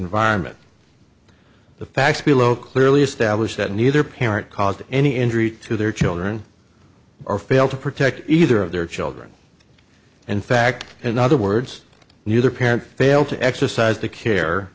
environment the facts below clearly establish that neither parent caused any injury to their children or fail to protect either of their children in fact in other words neither parent failed to exercise the care